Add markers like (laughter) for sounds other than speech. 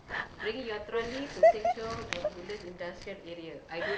(laughs)